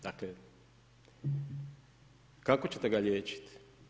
Dakle, kako ćete ga liječiti?